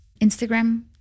Instagram